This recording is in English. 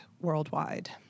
worldwide